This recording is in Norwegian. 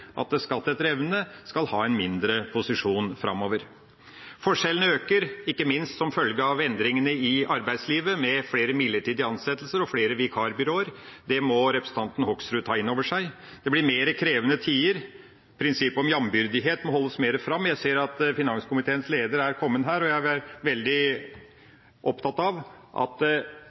at skatt etter evne skal ha en mindre posisjon framover. Forskjellene øker, ikke minst som følge av endringene i arbeidslivet med flere midlertidige ansettelser og flere vikarbyråer. Det må representanten Hoksrud ta inn over seg. Det blir mer krevende tider. Prinsippet om jambyrdighet må holdes mer fram. Jeg ser finanskomiteens leder har kommet, og jeg